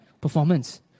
performance